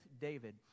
David